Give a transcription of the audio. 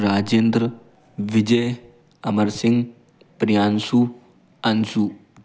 Rajendra Vijay Amar Singh Priyanshu Anshu